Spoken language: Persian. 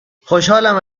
خوشحالم